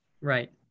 right